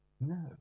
No